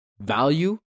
value